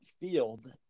field